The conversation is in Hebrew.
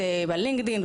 בלינקדאין,